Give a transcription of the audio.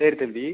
சரி தம்பி